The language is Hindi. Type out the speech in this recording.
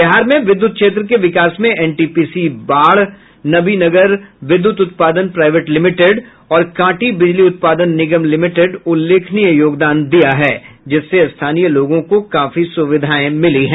बिहार में विद्युत क्षेत्र के विकास में एनटीपीसी बाढ़ नबीनगर विद्युत उत्पादन प्राइवेट लिमिटेड और कांटी बिजली उत्पादन निगम लिमिटेड उल्लेखनीय योगदान दिया है जिससे स्थानीय लोगों को काफी सुविधाएं मिली है